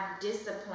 Discipline